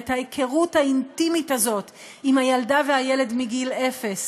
את ההיכרות האינטימית הזאת עם הילדה והילד מגיל אפס,